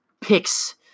picks